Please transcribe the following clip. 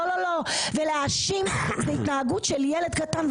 הם מלח הארץ.